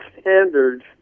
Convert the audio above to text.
standards